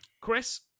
chris